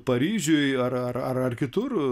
paryžiuj ar ar kitur